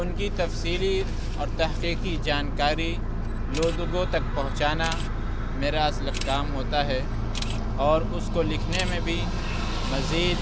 اُن کی تفصیلی اور تحقیقی جانکاری لوگوں تک پہنچانا میرا اصل کام ہوتا ہے اور اُس کو لکھنے میں بھی مزید